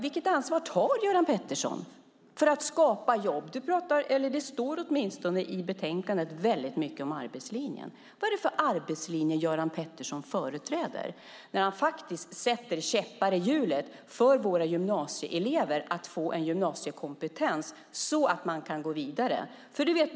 Vilket ansvar tar Göran Pettersson för att skapa jobb? Det står mycket om arbetslinjen i betänkandet. Vad är det för arbetslinje Göran Pettersson företräder när han faktiskt sätter käppar i hjulet för våra gymnasieelever när det gäller att få en gymnasiekompetens så att de kan gå vidare.